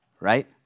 right